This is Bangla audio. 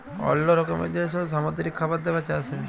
অল্লো রকমের যে সব সামুদ্রিক খাবার দাবার চাষ হ্যয়